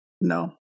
No